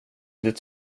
det